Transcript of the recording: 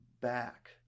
back